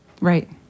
Right